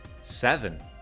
Seven